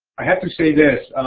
i have to say this,